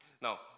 Now